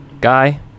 Guy